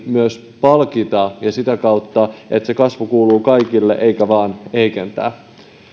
myös palkita sitä kautta että se kasvu kuuluu kaikille eikä vain heikentää